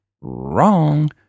Wrong